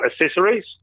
accessories